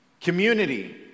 community